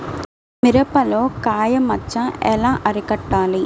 మిరపలో కాయ మచ్చ ఎలా అరికట్టాలి?